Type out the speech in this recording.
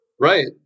Right